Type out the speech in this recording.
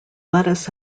lettuce